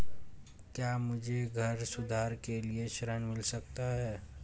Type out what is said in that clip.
क्या मुझे घर सुधार के लिए ऋण मिल सकता है?